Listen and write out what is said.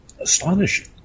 astonishing